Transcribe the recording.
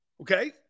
Okay